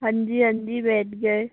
हाँ जी हाँ जी बैठ गए